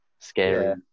scary